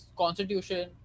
constitution